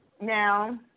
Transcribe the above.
Now